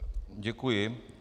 Děkuji.